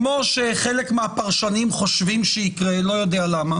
כמו שחלק מהפרשנים חושבים שיקרה לא יודע למה